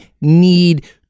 need